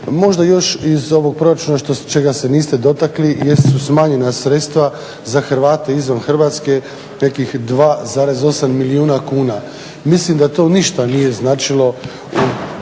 Možda još iz ovog proračuna čega se niste dotakli jesu smanjena sredstva za Hrvate izvan Hrvatske nekih 2,8 milijuna kuna. Mislim da to ništa nije značilo